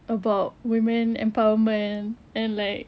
about women empowerment and like